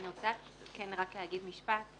אני רוצה לומר משפט.